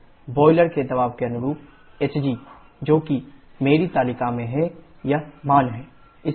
PB28008kk1q boiler के दबाव के अनुरूप hg जो कि मेरी तालिका में है यह मान है